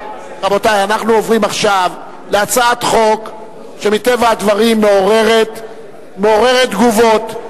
אנחנו עוברים עכשיו להצעת חוק שמטבע הדברים מעוררת תגובות.